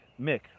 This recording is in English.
mick